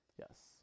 Yes